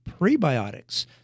prebiotics